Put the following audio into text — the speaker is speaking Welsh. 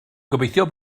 gobeithio